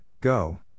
go